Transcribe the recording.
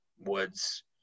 Woods